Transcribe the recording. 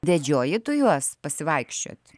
vedžioji tu juos pasivaikščiot